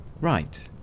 Right